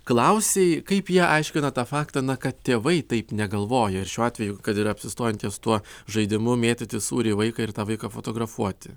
klausei kaip jie aiškino tą faktą kad tėvai taip negalvoja ir šiuo atveju kad ir apsistojant ties tuo žaidimu mėtyti sūrį į vaiką ir tą vaiką fotografuoti